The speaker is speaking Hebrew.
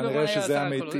כנראה שאלה המתים.